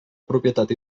propietat